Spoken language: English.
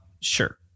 Sure